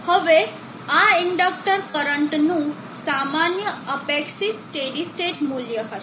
હવે આ ઇન્ડેક્ટર કરંટનું સામાન્ય અપેક્ષિત સ્ટેડી સ્ટેટ મૂલ્ય હશે